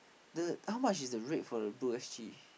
the how much is the rate for the two S_G